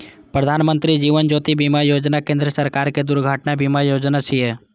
प्रधानमत्री जीवन ज्योति बीमा योजना केंद्र सरकारक दुर्घटना बीमा योजना छियै